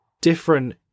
different